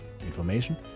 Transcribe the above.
information